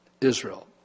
Israel